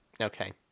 Okay